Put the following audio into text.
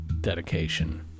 dedication